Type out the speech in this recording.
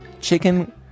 Chicken